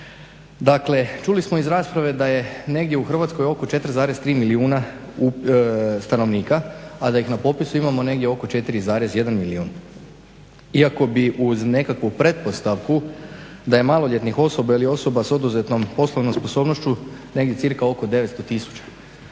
Dakle, čuli smo iz rasprave da je negdje u Hrvatskoj oko 4,3 milijuna stanovnika, a da ih na popisu imamo negdje oko 4,1 milijun. Iako bi uz nekakvu pretpostavku da je maloljetnih osoba ili osoba s oduzetom poslovnom sposobnošću negdje cca oko 900 tisuća.